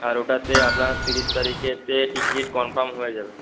আর ওটাতে আপনার ত্রিশ তারিখেতে টিকিট কনফার্ম হয়ে যাবে